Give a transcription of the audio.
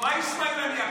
מה איסמעיל הנייה,